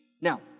Now